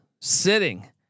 sitting